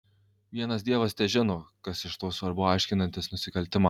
vienas dievas težino kas iš to svarbu aiškinantis nusikaltimą